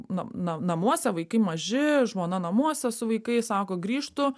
na na namuose vaikai maži žmona namuose su vaikais sako grįžtu